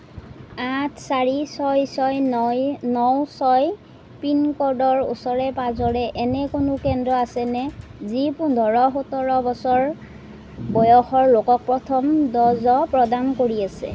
আঠ চাৰি ছয় ছয় ন ন ছয় পিনক'ডৰ ওচৰে পাঁজৰে এনে কোনো কেন্দ্ৰ আছেনে যি পোন্ধৰ সোতৰ বছৰ বয়সৰ লোকক প্ৰথম ড'জ প্ৰদান কৰি আছে